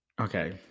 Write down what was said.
Okay